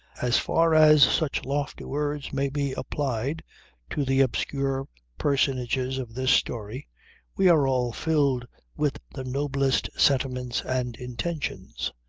as far as such lofty words may be applied to the obscure personages of this story we were all filled with the noblest sentiments and intentions.